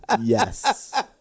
yes